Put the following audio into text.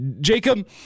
Jacob